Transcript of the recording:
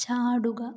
ചാടുക